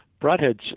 Broadhead's